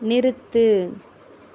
நிறுத்து